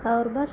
और बस